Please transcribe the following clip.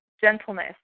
gentleness